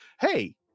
Hey